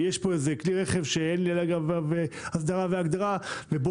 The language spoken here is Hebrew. יש כאן איזה כלי רכב שאין לגביו הסדרה והגדרה ולכן